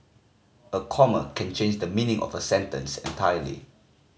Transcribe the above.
a comma can change the meaning of a sentence entirely